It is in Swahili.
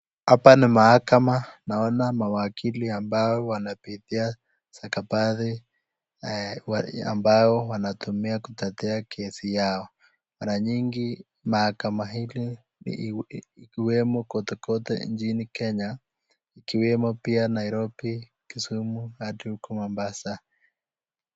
Hapa ni mahakama naona mawakili ambao wanapitia stakabadhi ambayo wanatumia kutetea kesi yao, mara nyingi mahakama hili ikiwemo kotekote nchini Kenya, ikiwemo pia Nairobi, Kisumu hadi huko Mombasa.